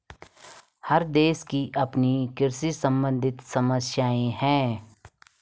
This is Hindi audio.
हर देश की अपनी कृषि सम्बंधित समस्याएं हैं